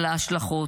על ההשלכות,